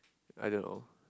I don't know